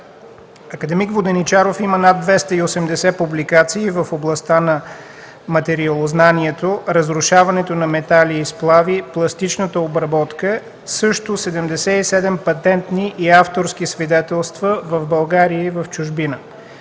Академик Воденичаров има над 280 публикации в областта на материалознанието, разрушаването на метали и сплави, пластичната обработка, също 77 патентни и авторски свидетелства в България и в чужбина.